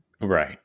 Right